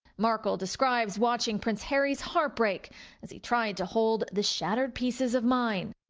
markle describes watching prince harry's heartbreak as he tried to hold the shattered pieces of mine.